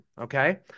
okay